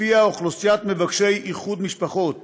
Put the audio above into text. שלפיה מבקשי איחוד משפחות